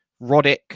Roddick